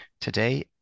Today